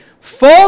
fall